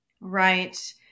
Right